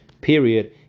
Period